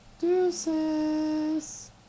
Deuces